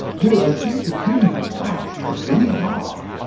though i think the king be touch'd at very heart.